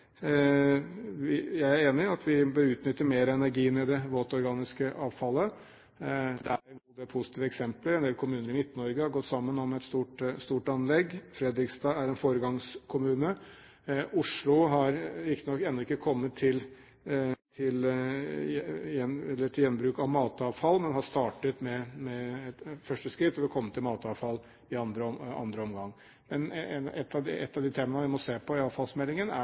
Jeg er enig i at vi bør utnytte energien i det våtorganiske avfallet mer. Det er en god del positive eksempler – en del kommuner i Midt-Norge har gått sammen om et stort anlegg, Fredrikstad er en foregangskommune, Oslo har riktignok ennå ikke kommet til gjenbruk av matavfall, men har startet med et første skritt, og vil komme til matavfall i andre omgang. Men et av de temaene vi må se på i avfallsmeldingen, er